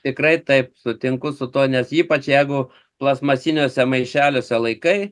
tikrai taip sutinku su tuo nes ypač jeigu plastmasiniuose maišeliuose laikai